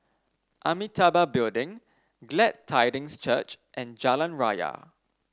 Amitabha Building Glad Tidings Church and Jalan Raya